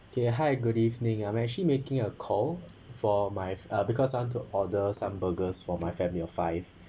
okay hi good evening I'm actually making a call for my uh because I want to order some burgers for my family of five